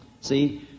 See